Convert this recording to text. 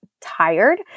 tired